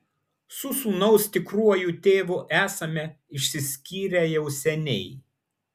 su sūnaus tikruoju tėvu esame išsiskyrę jau seniai